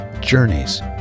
journeys